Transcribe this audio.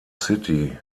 city